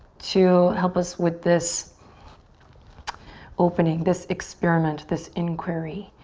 to help us with this opening, this experiment, this inquiry.